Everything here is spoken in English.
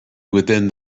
within